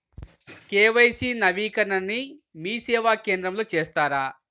KYC నవీకరణని మీసేవా కేంద్రం లో చేస్తారా?